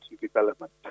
development